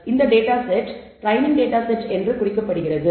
இந்த data set training data set என்று குறிக்கப்படுகிறது